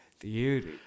Beauty